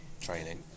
training